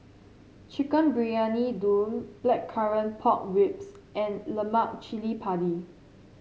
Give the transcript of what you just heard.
Chicken Briyani Dum Blackcurrant Pork Ribs and Lemak Cili Padi